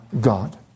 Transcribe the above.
God